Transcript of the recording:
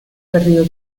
perdido